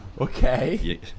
Okay